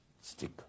stick